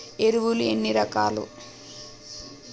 ఎరువులు ఎన్ని రకాలు?